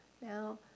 Now